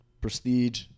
prestige